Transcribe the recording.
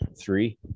three